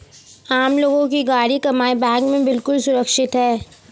आम लोगों की गाढ़ी कमाई बैंक में बिल्कुल सुरक्षित है